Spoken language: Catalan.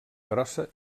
grossa